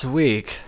week